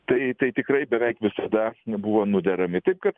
tai tai tikrai beveik visada buvo nuderami taip kad